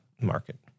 market